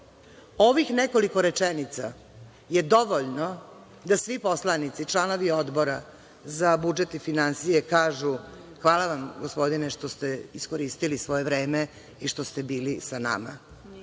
ovih nekoliko rečenica je dovoljno da svi poslanici, članovi Odbora za budžet i finansije, kažu – hvala vam gospodine što ste iskoristili svoje vreme i što ste bili sa nama,